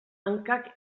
hankak